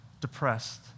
depressed